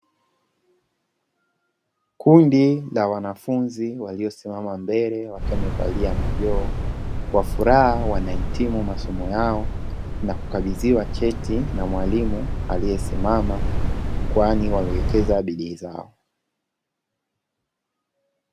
Kundi la wanafunzi waliosimama mbele wamevalia majoho, kwa furaha wanahitimu masomo yao na kukabidhiwa cheti na mwalimu aliyesimama kwani wamewekeza bidii zao.